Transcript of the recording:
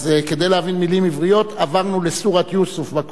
כדי להבין מילים עבריות עברנו לסורת יוסוף בקוראן